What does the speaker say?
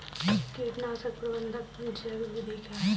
कीट प्रबंधक की जैविक विधि क्या है?